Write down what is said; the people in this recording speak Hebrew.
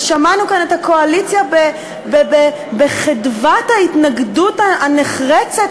ושמענו כאן את הקואליציה בחדוות ההתנגדות הנחרצת